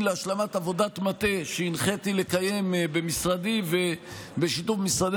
להשלמת עבודת מטה שהנחיתי לקיים במשרדי בשיתוף עם משרדי